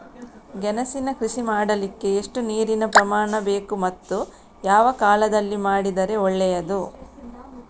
ಗೆಣಸಿನ ಕೃಷಿ ಮಾಡಲಿಕ್ಕೆ ಎಷ್ಟು ನೀರಿನ ಪ್ರಮಾಣ ಬೇಕು ಮತ್ತು ಯಾವ ಕಾಲದಲ್ಲಿ ಮಾಡಿದರೆ ಒಳ್ಳೆಯದು?